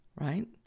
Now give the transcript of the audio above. right